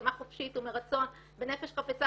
הסכמה חופשית ומרצון בנפש חפצה,